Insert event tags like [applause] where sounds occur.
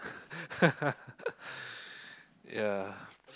[laughs] yeah